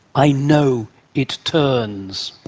i know it turns.